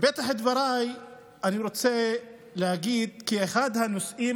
בפתח דבריי אני רוצה להגיד שאחד הנושאים